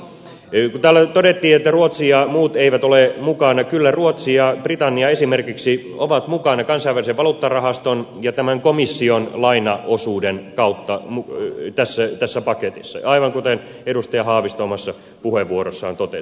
kun täällä todettiin että ruotsi ja muut eivät ole mukana kyllä ruotsi ja britannia esimerkiksi ovat mukana kansainvälisen valuuttarahaston ja tämän komission lainaosuuden kautta tässä paketissa aivan kuten edustaja haavisto omassa puheenvuorossaan totesi